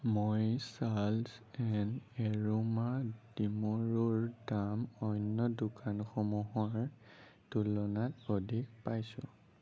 মই Charles and Aroma ডিমৰুৰ দাম অন্য দোকানসমূহৰ তুলনাত অধিক পাইছোঁ